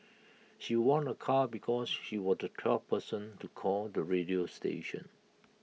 she won A car because she was the twelfth person to call the radio station